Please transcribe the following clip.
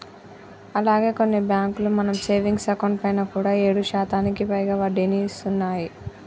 అలాగే కొన్ని బ్యాంకులు మన సేవింగ్స్ అకౌంట్ పైన కూడా ఏడు శాతానికి పైగా వడ్డీని ఇస్తున్నాయి